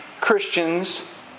Christians